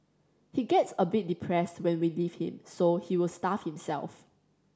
he gets a bit depressed when we leave him so he will starve himself